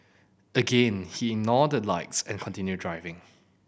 again he ignored the lights and continued driving